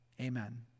Amen